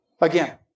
again